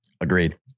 Agreed